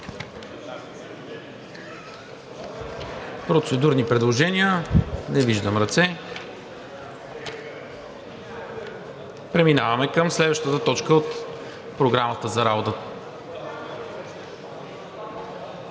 Процедурни предложения? Не виждам. Преминаваме към следващата точка от Програмата.